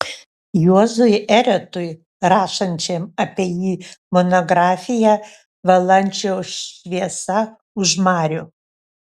juozui eretui rašančiam apie jį monografiją valančiaus šviesa už marių